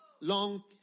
long